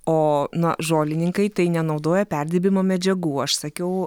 o na žolininkai tai nenaudoja perdirbimo medžiagų aš sakiau